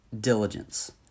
diligence